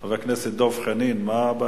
חבר הכנסת דב חנין, מה הבעיה?